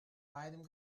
beidem